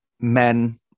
men